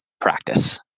practice